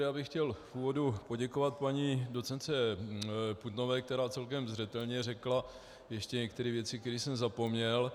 Já bych chtěl v úvodu poděkovat paní docentce Putnové, která celkem zřetelně řekla některé věci, které jsem zapomněl.